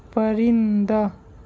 پرندہ